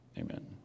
amen